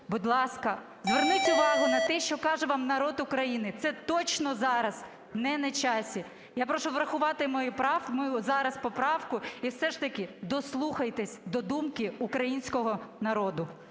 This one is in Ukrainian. Будь ласка, зверніть увагу на те, що каже вам народ України, це точно зараз не на часі. Я прошу врахувати мою зараз поправку і все ж таки дослухайтесь до думки українського народу.